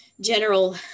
general